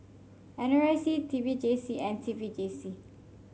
N R I C T P J C and T P J C